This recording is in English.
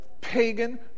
pagan